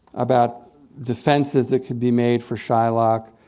about defenses that could be made for shylock.